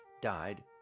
died